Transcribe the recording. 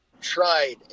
tried